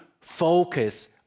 focus